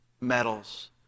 medals